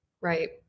Right